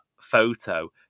photo